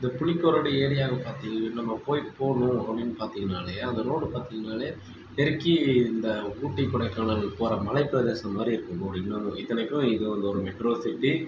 இந்த புலிக்கொறடு ஏரியாவை பார்த்திங்கனா நம்ப போய் போகணும் அப்படின் பார்த்திங்கனாலே அந்த ரோடு பார்த்திங்கனாலே நெருக்கி இந்த ஊட்டி கொடைக்கானல் போகிற மலை பிரதேசம் மாதிரி இருக்கும் ரோடு இன்னும் இத்தனைக்கும் இது ஒரு மெட்ரோ சிட்டி